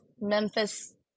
memphis